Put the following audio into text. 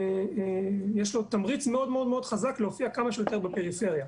לו תמריץ מאוד מאוד חזק כמה שיותר בפריפריה.